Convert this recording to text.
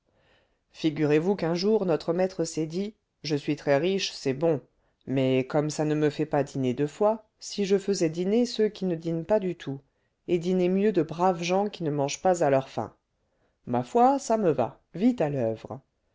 figurez-vous qu'un jour notre maître s'est dit je suis très-riche c'est bon mais comme ça ne me fait pas dîner deux fois si je faisais dîner ceux qui ne dînent pas du tout et dîner mieux de braves gens qui ne mangent pas à leur faim ma foi ça me va vite à l'oeuvre